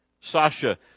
Sasha